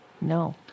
No